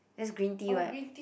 that's green tea what